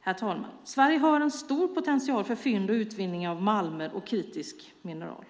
Herr talman! Sverige har stor potential för fynd och utvinning av malmer och kritiska mineral.